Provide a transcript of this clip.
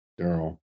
Daryl